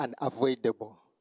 unavoidable